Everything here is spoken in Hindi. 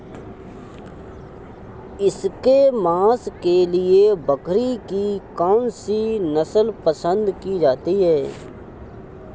इसके मांस के लिए बकरी की कौन सी नस्ल पसंद की जाती है?